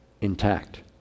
intact